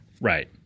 Right